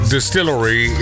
Distillery